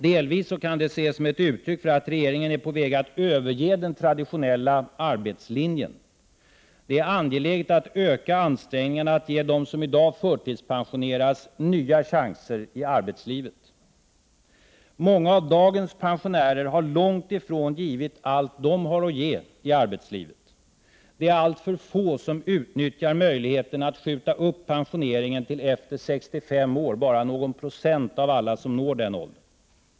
Delvis kan det ses som ett uttryck för att regeringen är på väg att överge den traditionella arbetslinjen. Det är angeläget att öka ansträngningarna att ge dem som i dag förtidspensioneras nya chanser i arbetslivet. Många av dagens pensionärer har långt ifrån givit allt vad de har att ge i arbetslivet. Det är alltför få som utnyttjar möjligheten att skjuta upp pensioneringen till efter 65 år — bara någon procent av alla som når den åldern.